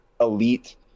elite